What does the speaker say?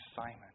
Simon